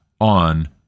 on